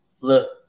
Look